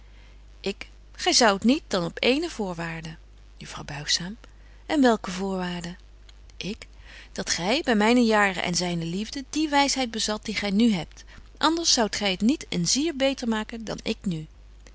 ik gy zoudt niet dan op ééne voorwaarde juffrouw buigzaam en welke voorwaarde ik dat gy by myne jaren en zyne liefde die wysheid bezat die gy nu hebt anders zoudt gy t niet een zier beter maken dan ik nu